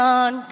on